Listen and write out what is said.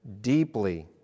deeply